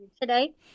today